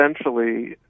essentially